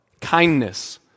kindness